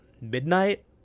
midnight